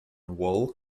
wool